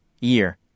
year